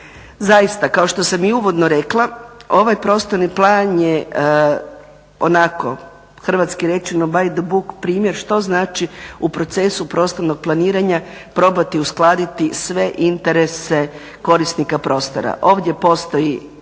Zaista kao što sam i uvodno rekla ovaj prostorni plan je onako hrvatski rečeno by the book primjer što znači u procesu prostornog planiranja probati uskladiti sve interese korisnika prostora. Ovdje postoji